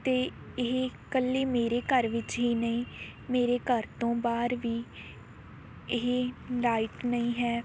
ਅਤੇ ਇਹ ਇਕੱਲੀ ਮੇਰੇ ਘਰ ਵਿੱਚ ਹੀ ਨਹੀਂ ਮੇਰੇ ਘਰ ਤੋਂ ਬਾਹਰ ਵੀ ਇਹ ਲਾਈਟ ਨਹੀਂ ਹੈ